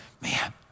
man